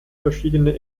verschiedene